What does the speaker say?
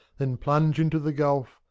then plunge into the gulf,